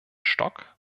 stock